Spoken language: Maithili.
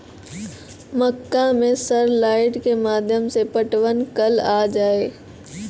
मक्का मैं सर लाइट के माध्यम से पटवन कल आ जाए?